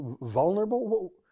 vulnerable